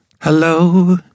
Hello